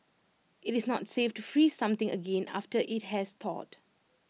IT is not safe to freeze something again after IT has thawed